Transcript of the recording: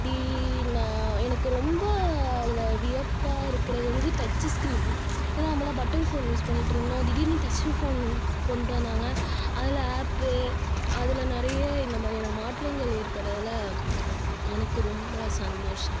இப்படி நான் எனக்கு ரொம்ப அதில் வியப்பாக இருக்கிறது வந்து டச்சு ஸ்க்ரீனு ஏன்னால் நம்மளாம் பட்டன் ஃபோன் யூஸ் பண்ணிகிட்ருந்தோம் திடீரெனு டச்சு ஃபோன் கொண்டுட்டு வந்தாங்க அதில் ஆப்பு அதில் நிறைய இந்தமாதிரியான மாற்றங்கள் ஏற்பட்டதில் எனக்கு ரொம்ப சந்தோஷம்